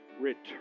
return